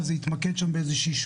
אבל